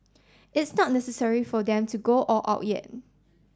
it's not necessary for them to go all out yet